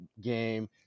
game